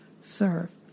serve